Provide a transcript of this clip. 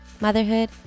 motherhood